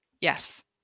Yes